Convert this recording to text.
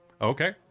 okay